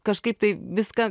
kažkaip tai viską